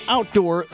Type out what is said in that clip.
Outdoor